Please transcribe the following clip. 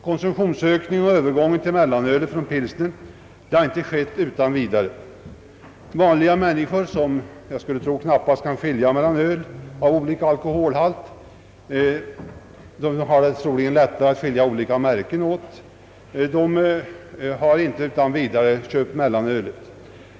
Konsumtionsökningen och övergången till mellanöl från pilsner har inte skett utan vidare. Vanliga människor skulle jag knappast tro kan skilja mellan öl med olika alkoholhalt; de har troligen lättare att skilja olika märken åt. De har därför inte heller köpt mellanöl.